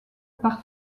par